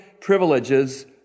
privileges